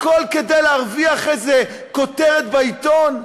הכול כדי להרוויח איזו כותרת בעיתון?